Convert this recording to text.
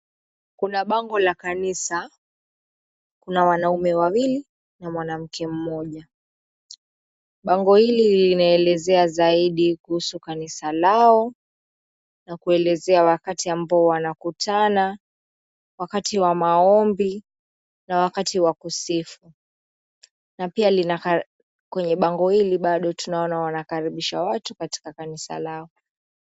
Kuna bango la kanisa. Kuna wanaume wawili na mwanamke mmoja. Bango hili linaelezea zaidi kuhusu kanisa lao na kuelezea wakati ambao wanakutana, wakati wa maombi na wakati wa kusifu na pia kwenye bango hili bado tunaona wanakaribisha watu katika kanisa lao.